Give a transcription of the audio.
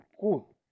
cool